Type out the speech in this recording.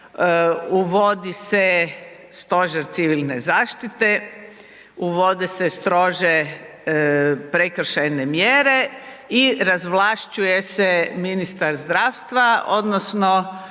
uvodi se Stožer civilne zaštite, uvode se strože prekršajne mjere i razvlašćuje se ministar zdravstva odnosno